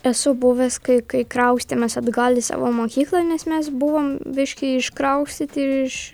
esu buvęs kai kai kraustėmės atgal į savo mokyklą nes mes buvom biški iškraustyti iš